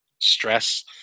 stress